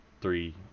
three